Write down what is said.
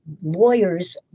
lawyers